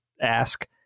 ask